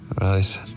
right